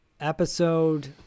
episode